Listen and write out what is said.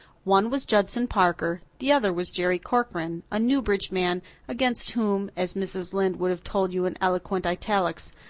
one was judson parker the other was jerry corcoran, a newbridge man against whom, as mrs. lynde would have told you in eloquent italics,